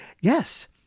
yes